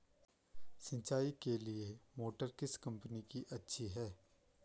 सिंचाई के लिए मोटर किस कंपनी की अच्छी है?